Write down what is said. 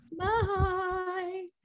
bye